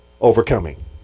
overcoming